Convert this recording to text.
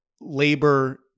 labor